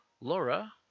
Laura